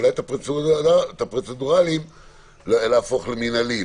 ואולי את הפרוצדורליים להפוך למנהלי,